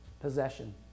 possession